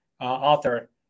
author